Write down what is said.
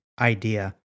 idea